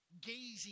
Gazing